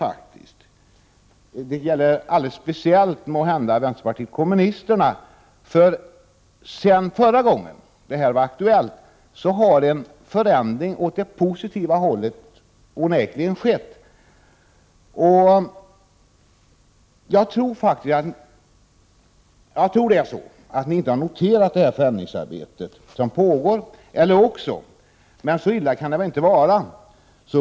Detta gäller alldeles speciellt vänsterpartiet kommunisterna. Sedan frågan var aktuell förra gången har onekligen en förändring åt det positiva hållet skett. Jag tror att ni inte har noterat det förändringsarbete som pågår, eller också — men så illa kan det väl inte vara?